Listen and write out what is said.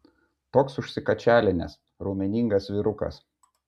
toks užsikačialinęs raumeningas vyrukas